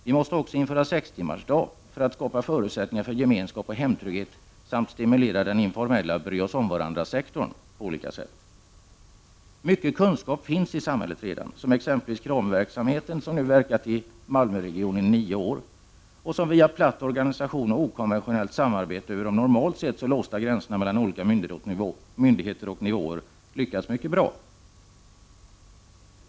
Vi måste också införa sextimmarsdag för att skapa förutsättningar för gemenskap och hemtrygghet samt stimulera den informella ”bry-oss-om-varandra-sektorn” på olika sätt. Mycken kunskap finns i samhället redan, såsom Kramiverksamheten, som nu verkat i Malmöregionen i nio år och som, via platt organisation och okonventionellt samarbete över de normalt sett så låsta gränserna mellan olika myndigheter och nivåer, lyckats mycket bra.